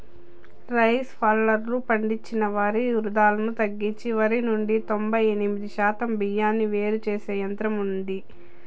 rice హల్లర్లు పండించిన వరి వృధాను తగ్గించి వరి నుండి తొంబై ఎనిమిది శాతం బియ్యాన్ని వేరు చేసే యంత్రం ఉన్నాది